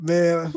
Man